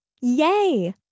Yay